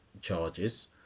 charges